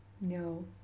No